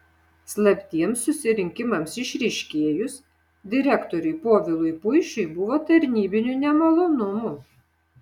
slaptiems susirinkimams išryškėjus direktoriui povilui puišiui buvo tarnybinių nemalonumų